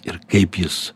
ir kaip jis